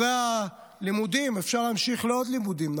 אחרי הלימודים אפשר להמשיך לעוד לימודים,